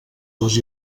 les